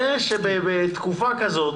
זה שבתקופה כזאת,